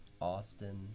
Austin